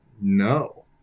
no